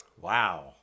wow